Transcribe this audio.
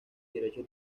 derecho